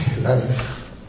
life